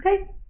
okay